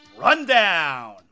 rundown